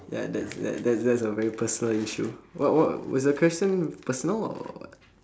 ya that's that's that's that's a very personal issue what what is the question personal or what